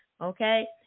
Okay